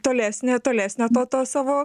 tolesnę tolesnę to to savo